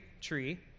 tree